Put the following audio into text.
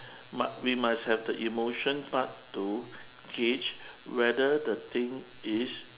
mus~ we must have the emotion part to gauge whether the thing is